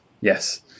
Yes